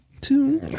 Two